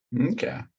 okay